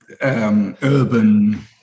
urban